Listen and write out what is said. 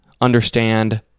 understand